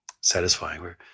satisfying